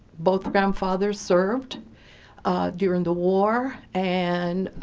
both grandfathers served during the war and